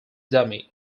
dummy